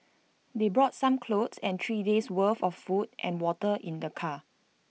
they brought some clothes and three days' worth of food and water in their car